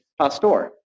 pastor